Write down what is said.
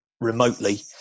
remotely